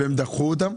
הן דחו אותם?